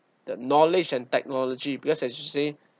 the knowledge and technology because as you say